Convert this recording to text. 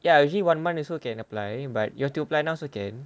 ya usually one month also can apply but you want to apply now also can